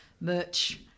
merch